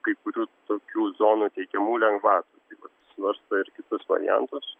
kai kurių tokių zonų teikiamų lengvatų tai vat svarsto ir kitus variantus